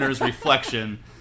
reflection